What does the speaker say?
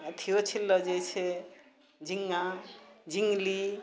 अथियो छिललो जाइ छै झीङ्गा झिङ्गली